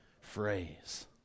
phrase